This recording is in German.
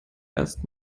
erst